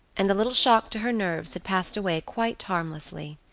and the little shock to her nerves had passed away quite harmlessly.